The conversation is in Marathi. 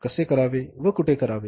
कसे करावे व कुठे करावे